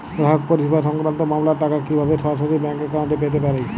গ্রাহক পরিষেবা সংক্রান্ত মামলার টাকা কীভাবে সরাসরি ব্যাংক অ্যাকাউন্টে পেতে পারি?